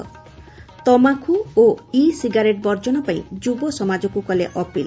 ତମାଖୁ ଓ e cigarette ବର୍ଜନ ପାଇଁ ଯୁବସମାଜକୁ କଲେ ଅପିଲ